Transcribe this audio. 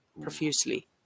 profusely